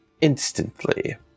instantly